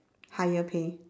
higher pay